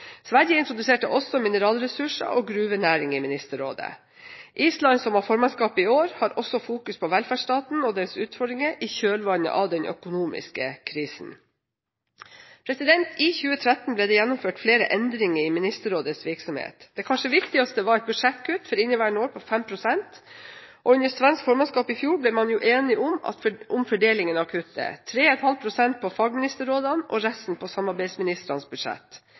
Sverige introduserte også mineralressurser og gruvenæring i Ministerrådet. Island, som har formannskapet i år, har også fokus på velferdsstaten og dens utfordringer i kjølvannet av den økonomiske krisen. I 2013 ble det gjennomført flere endringer i Ministerrådets virksomhet. Den kanskje viktigste var et budsjettkutt for inneværende år på 5 pst., og under svensk formannskap i fjor ble man enig om fordelingen av kuttet: 3,5 pst. på fagministerrådene og resten på samarbeidsministrenes budsjett.